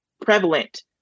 prevalent